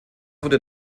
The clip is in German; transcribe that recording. wurde